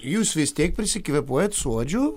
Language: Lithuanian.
jūs vis tiek prisikvėpuojat suodžių